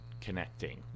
connecting